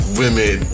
women